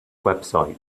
website